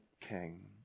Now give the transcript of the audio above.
King